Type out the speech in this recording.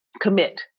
commit